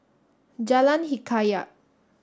Jalan Hikayat